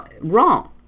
wrong